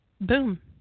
boom